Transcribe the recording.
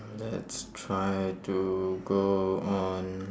let's try to go on